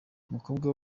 umukobwa